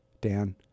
Dan